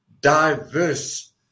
diverse